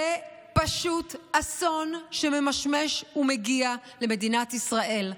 זה פשוט אסון שממשמש ובא למדינת ישראל.